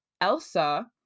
elsa